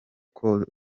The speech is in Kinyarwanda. koko